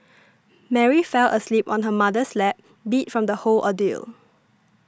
Mary fell asleep on her mother's lap beat from the whole ordeal